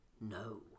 no